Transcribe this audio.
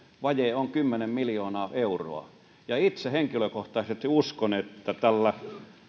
vaje on kymmenen miljoonaa euroa itse henkilökohtaisesti uskon että tällä